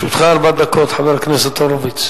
לרשותך ארבע דקות, חבר הכנסת הורוביץ.